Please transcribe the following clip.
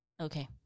Okay